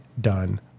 done